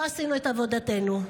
לא עשינו את עבודתנו.